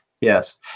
Yes